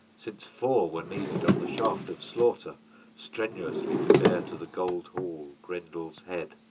since four were needed on the shaft-of-slaughter strenuously to bear to the gold-hall grendel's head.